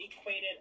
equated